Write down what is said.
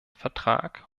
vertrag